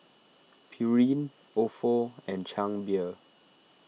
Pureen Ofo and Chang Beer